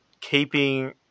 keeping